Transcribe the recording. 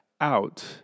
out